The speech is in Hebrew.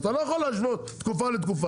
אז אתה לא יכול להשוות תקופה לתקופה.